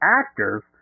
actors